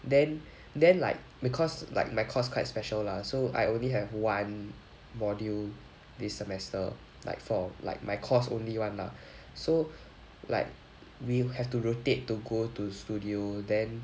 then then like because like my course quite special lah so I only have one module this semester like for like my course only one lah so like we have to rotate to go to studio then